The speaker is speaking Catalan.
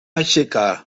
aixecar